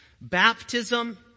Baptism